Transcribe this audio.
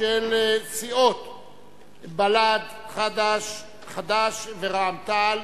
של סיעות בל"ד, חד"ש ורע"ם-תע"ל.